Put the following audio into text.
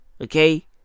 okay